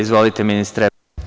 Izvolite, ministre.